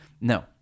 No